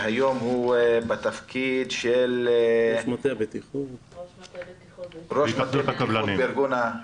שהיום הוא בתפקיד של ראש מטה בטיחות בהתאחדות הקבלנים.